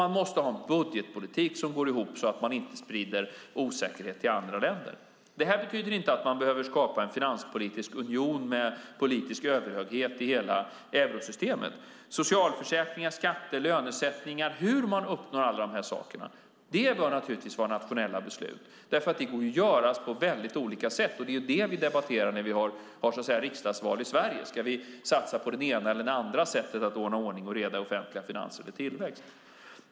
Man måste också ha en budgetpolitik som går ihop så att man inte sprider osäkerhet i andra länder. Detta betyder inte att man behöver skapa en finanspolitisk union med politisk överhöghet i hela eurosystemet. Socialförsäkringar, skatter och lönesättning - hur man uppnår alla dessa saker - bör naturligtvis beslutas nationellt därför att detta kan göras på olika sätt. Det är det som vi debatterar när vi har riksdagsval i Sverige. Ska vi satsa på det ena eller andra sättet för att hålla ordning och reda i offentliga finanser och skapa tillväxt?